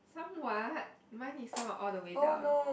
somewhat mine is saw all the way down